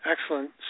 Excellent